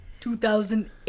2008